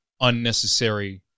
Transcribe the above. unnecessary